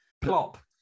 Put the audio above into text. Plop